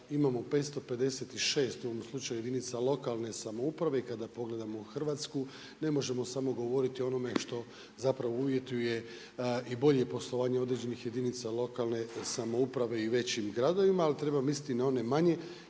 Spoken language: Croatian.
slučaju jedinica lokalne samouprave i kada pogledamo Hrvatsku ne možemo samo govoriti o onome što uvjetuje i bolje poslovanje određenih jedinica lokalne samouprave i većim gradovima, ali treba misliti i na one manje